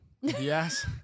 Yes